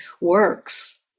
works